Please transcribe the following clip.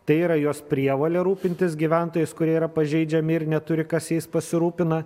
tai yra jos prievolė rūpintis gyventojais kurie yra pažeidžiami ir neturi kas jais pasirūpina